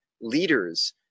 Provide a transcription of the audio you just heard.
leaders